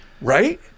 right